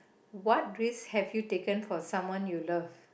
what risk have you taken for someone you love